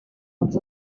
als